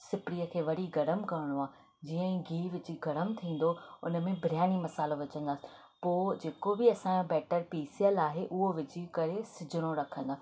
सिपरीअ खे वरी गरम करिणो आहे जीअं ई गीहु विझी गरम थींदो उन में बिरयानी मसाल्हो विझंदासीं पोइ जेको बि असां जो बैटर पीसियलु आहे उहो विझी करे सिझणो रखंदमि